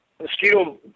mosquito